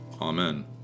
Amen